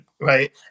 right